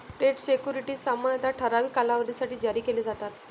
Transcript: date securities सामान्यतः ठराविक कालावधीसाठी जारी केले जातात